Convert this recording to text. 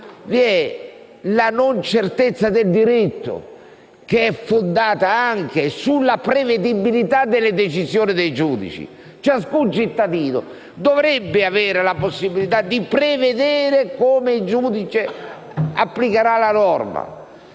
la non certezza del diritto, che è fondata anche sulla prevedibilità delle decisioni dei giudici. Ciascun cittadino dovrebbe avere la possibilità di prevedere come il giudice applicherà la norma.